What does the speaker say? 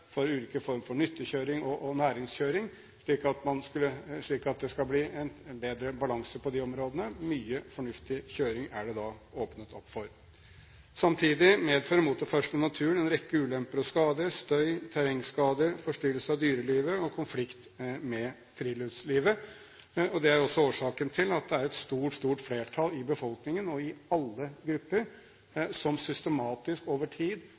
for ulike former for nyttekjøring og næringskjøring – slik at det skal bli en bedre balanse på de områdene. Mye fornuftig kjøring er det åpnet opp for. Samtidig medfører motorferdsel i naturen en rekke ulemper og skader – støy, terrengskader, forstyrrelser av dyrelivet og konflikt med friluftslivet. Det er også årsaken til at det er et stort, stort flertall i befolkningen, og i alle grupper, som systematisk over tid